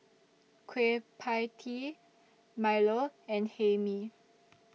Kueh PIE Tee Milo and Hae Mee